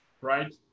right